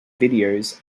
videos